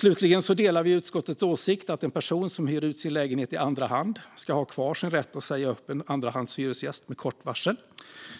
Slutligen delar vi utskottets åsikt att en person som hyr ut sin lägenhet i andra hand ska ha kvar sin rätt att säga upp en andrahandshyresgäst med kort varsel.